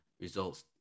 results